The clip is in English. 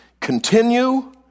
Continue